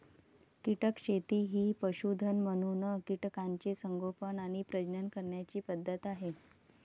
कीटक शेती ही पशुधन म्हणून कीटकांचे संगोपन आणि प्रजनन करण्याची पद्धत आहे